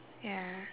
ya